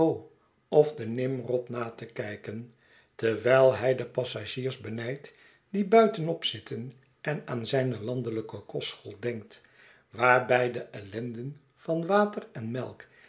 of de nimrod na te kijken terwijl hij de passagiers benljdt die buitenop zitten en aan zijne landelijke kostschool denkt waarbij de ellenden van water en melk